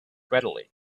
readily